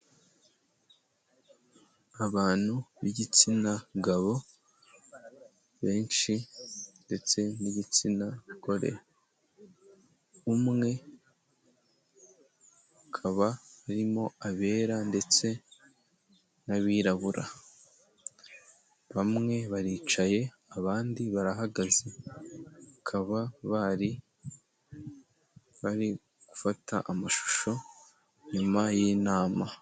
Abantu b'igitsina gabo benshi ndetse n'igitsina gore umwe akaba arimo abera ndetse n'abirabura bamwe baricaye abandi barahagaze bakaba baari bari gufata amashusho nyuma y'inama.